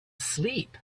sleep